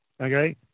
okay